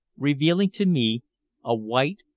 revealing to me a white,